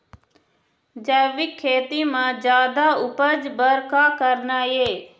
जैविक खेती म जादा उपज बर का करना ये?